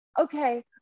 Okay